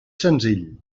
senzill